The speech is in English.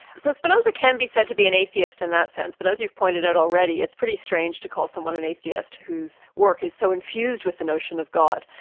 so spinoza can be said to be an atheist in that sense, but as you've pointed out already, it's pretty strange to call someone an atheist whose work is so infused with the notion of god.